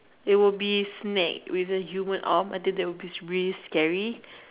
it would be snake with a human arm I think that would be really scary